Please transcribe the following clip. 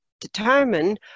determine